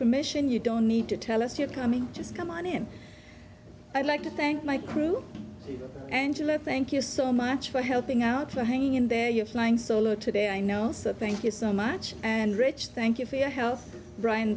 permission you don't need to tell us you're coming just come on in i'd like to thank my crew angela thank you so much for helping out to hang in there you're flying solo today i know so thank you so much and rich thank you for your health brian